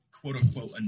quote-unquote